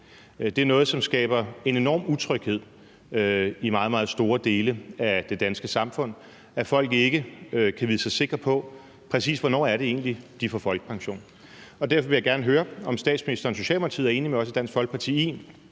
Det er noget, som skaber en enorm utryghed i meget, meget store dele af det danske samfund, at folk ikke kan vide sig sikre på, præcis hvornår det egentlig er, de får folkepension. Derfor vil jeg gerne høre, om statsministeren og Socialdemokratiet er enige med os i Dansk Folkeparti i,